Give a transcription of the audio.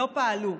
לא פעלו.